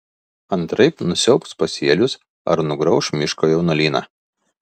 antraip nusiaubs pasėlius ar nugrauš miško jaunuolyną